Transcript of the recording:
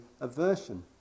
aversion